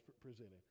presented